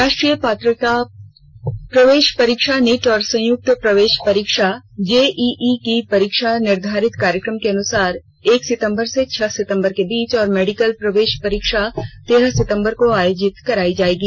राष्ट्रीय पात्रता प्रवेश परीक्षा नीट और संयुक्त प्रवेश परीक्षा जेइइ की परीक्षा निर्धारित कार्यक्रम के अनुसार एक सितम्बर से छह सितम्बर के बीच और मेडिकल प्रवेश परीक्षा तेरह सितम्बर को आयोजित करायी जाएगी